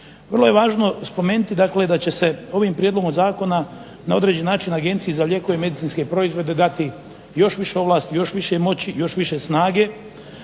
Vrlo je važno spomenuti dakle da će se ovim prijedlogom zakona na određeni način Agenciji za lijekove i medicinske proizvode dati još više ovlasti, još više moći, još više snage.